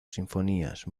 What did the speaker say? sinfonías